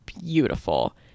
beautiful